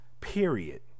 period